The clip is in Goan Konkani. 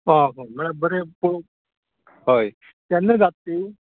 आं म्हळ्यार बरें पळोव हय केन्ना जाता ती